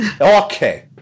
Okay